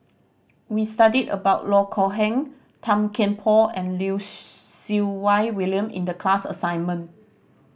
we studied about Loh Kok Heng Tan Kian Por and Lim Siew Wai William in the class assignment